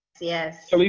Yes